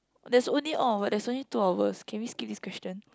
there's only all of us there's only two of us can we skip this question